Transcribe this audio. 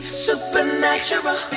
supernatural